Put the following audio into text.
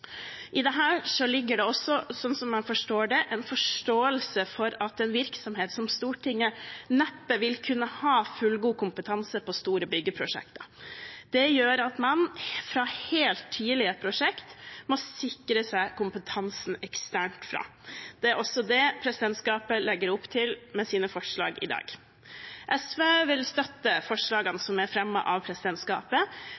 ligger det også, slik jeg forstår det, en forståelse for at en virksomhet som Stortinget neppe vil kunne ha fullgod kompetanse på store byggeprosjekter. Det gjør at man fra helt tidlige prosjekter må sikre seg kompetansen eksternt. Det er også det presidentskapet legger opp til med sine forslag i dag. SV vil støtte